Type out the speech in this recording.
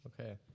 Okay